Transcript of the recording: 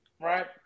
right